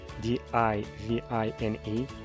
d-i-v-i-n-e